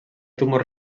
tumors